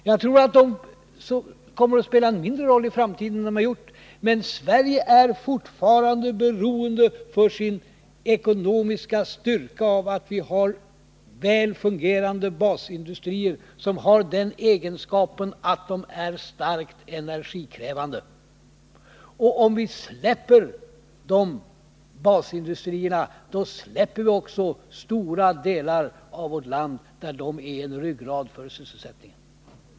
Jag tror att dessa industrier kommer att spela en mindre roll i framtiden än de har gjort, men Sverige är fortfarande för sin ekonomiska styrka beroende av att ha väl fungerande basindustrier, som har den egenskapen att de är starkt energikrävande. Om vi släpper dessa basindustrier, då släpper vi också stora delar av vårt land, där de är ryggraden för sysselsättningen.